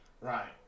Right